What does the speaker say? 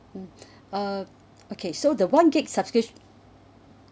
uh okay so the one gigabyte subscription